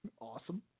Awesome